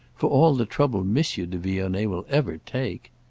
for all the trouble monsieur de vionnet will ever take!